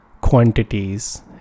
quantities